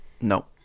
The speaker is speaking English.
No